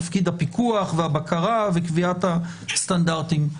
תפקיד הפיקוח והבקרה וקביעת הסטנדרטים.